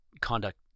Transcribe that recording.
conduct